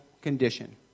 condition